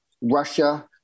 Russia